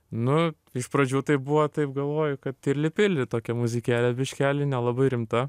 nu iš pradžių tai buvo taip galvoju kad tirli pirli tokia muzikėlė biškelį nelabai rimta